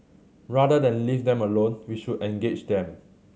rather than leave them alone we should engage them